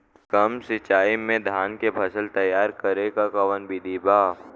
कम सिचाई में धान के फसल तैयार करे क कवन बिधि बा?